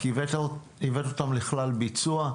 רק הבאתם אותן לכלל ביצוע.